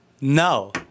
No